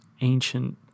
ancient